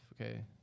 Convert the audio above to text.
okay